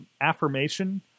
affirmation